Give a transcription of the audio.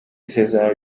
isezerano